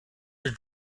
your